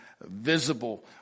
visible